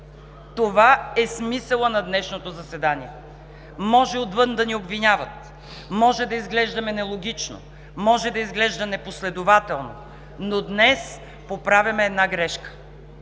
Това е смисълът на днешното заседание. Може отвън да ни обвиняват, може да изглежда нелогично, може да изглежда непоследвателно, но днес поправяме една грешка